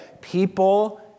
People